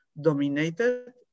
dominated